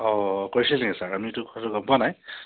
অঁ কৰিছিল নেকি ছাৰ আমিতো কথাটো গম পোৱা নাই